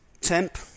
temp